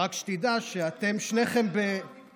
רק שתדע שאתם שניכם לא ייאמן שאתה